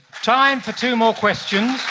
time for two more questions.